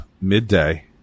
midday